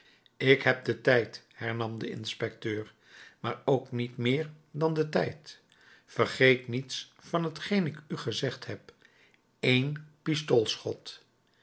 ik heb den tijd hernam de inspecteur maar ook niet meer dan den tijd vergeet niets van t geen ik u gezegd heb één